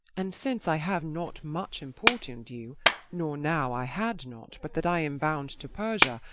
and since i have not much importun'd you nor now i had not, but that i am bound to persia,